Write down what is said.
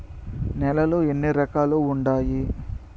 నేలలు ఎన్ని రకాలు వుండాయి?